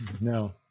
No